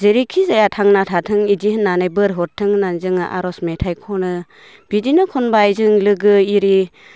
जेरैखि जाया थांना थाथों इदि होननानै बोर हरथों होननानै जोङो आर'ज मेथाइ खनो बिदिनो खनबाय जों लोगो इरि